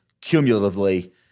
cumulatively